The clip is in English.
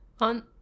On